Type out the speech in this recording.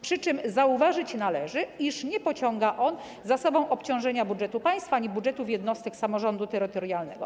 Przy czym zauważyć należy, iż nie pociąga on za sobą obciążenia budżetu państwa ani budżetów jednostek samorządu terytorialnego.